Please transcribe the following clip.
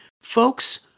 folks